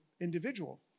individual